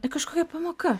ten kažkokia pamoka